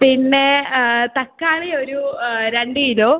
പിന്നെ തക്കാളി ഒരു രണ്ട് കിലൊ